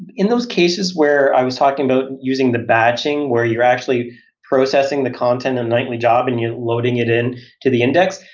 in those cases where i was talking about using the batching where you're actually processing the content and nightly job and you're loading it in to the index,